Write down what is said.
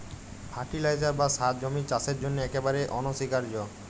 fertiliser বা সার জমির চাসের জন্হে একেবারে অনসীকার্য